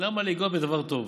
למה לנגוע בדבר טוב?